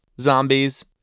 zombies